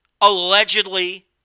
Allegedly